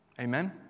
Amen